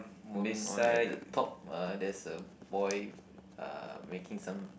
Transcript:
moving on at the top uh there's a boy uh making some